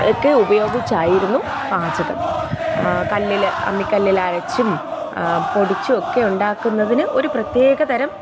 ഒക്കെ ഉപയോഗിച്ചായിരുന്നു പാചകം കല്ലിൽ അമ്മിക്കല്ലിൽ അരച്ചും പൊടിച്ചുമൊക്കെ ഉണ്ടാക്കുന്നതിന് ഒരു പ്രത്യേകതരം